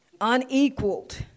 unequaled